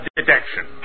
detection